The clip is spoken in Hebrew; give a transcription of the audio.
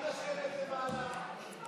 מיליארד שקל,